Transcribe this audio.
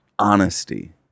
honesty